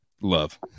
love